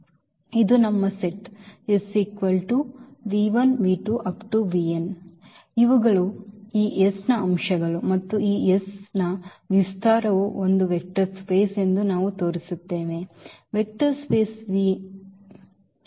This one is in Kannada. ಇದು ನಮ್ಮ ಸೆಟ್ S ಇವುಗಳು ಈ S ನ ಅಂಶಗಳು ಮತ್ತು ಈ S ನ ವಿಸ್ತಾರವು ಒಂದು ವೆಕ್ಟರ್ ಸ್ಪೇಸ್ ಎಂದು ನಾವು ತೋರಿಸುತ್ತೇವೆ ವೆಕ್ಟರ್ ಸ್ಪೇಸ್ V ಯ ವೆಕ್ಟರ್ ಸ್ಪೇಸ್